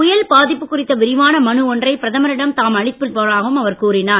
புயல் பாதிப்பு குறித்த விரிவான மனு ஒன்றை பிரதமரிடம் தாம் அளித்திருப்பதாகவும் அவர் கூறினார்